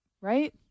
right